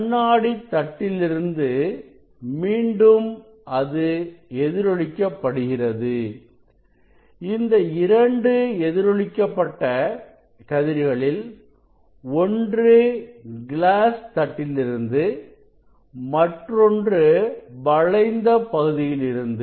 கண்ணாடி தட்டிலிருந்து மீண்டும் அது எதிரொலிக்க படுகிறது இந்த இரண்டு எதிரொலிக்கப்பட்ட கதிர்களில் ஒன்று கிளாஸ் தட்டிலிருந்து மற்றொன்று வளைந்த பகுதியிலிருந்து